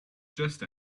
just